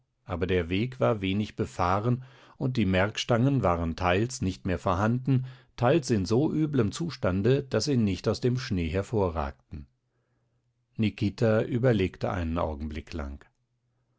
aber der weg war wenig befahren und die merkstangen waren teils nicht mehr vorhanden teils in so üblem zustande daß sie nicht aus dem schnee hervorragten nikita überlegte einen augenblick lang